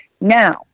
Now